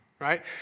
right